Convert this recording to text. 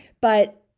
but-